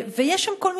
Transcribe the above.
ויש שם כל מיני,